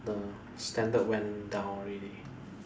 the standard went down already